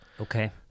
Okay